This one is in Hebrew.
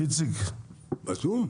בזום?